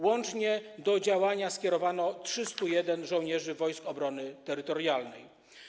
Łącznie do działania skierowano 301 żołnierzy Wojsk Obrony Terytorialnej.